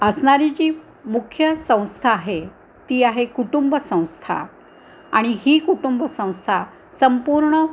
असणारी जी मुख्य संस्था आहे ती आहे कुटुंब संस्था आणि ही कुटुंब संस्था संपूर्ण